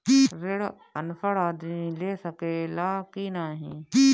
ऋण अनपढ़ आदमी ले सके ला की नाहीं?